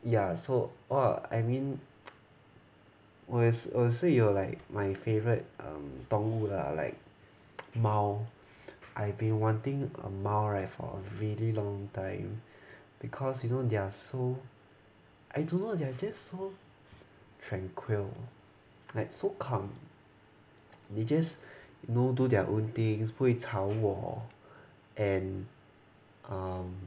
ya so !wah! I mean 我也是我也是有 like my favourite um 动物 lah like 猫 I've been wanting a 猫 [right] for a really long time cause you know they're so I don't know they are just so tranquil-ly like so calm they just you know do their own things 不会吵我 and um